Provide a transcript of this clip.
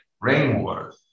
rainwater